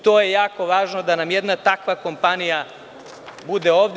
To je jako važno da nam jedna takva kompanija bude ovde.